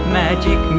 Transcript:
magic